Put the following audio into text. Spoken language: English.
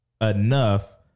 enough